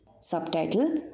Subtitle